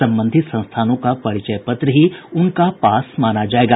संबंधित संस्थानों का परिचय पत्र ही उनका पास माना जायेगा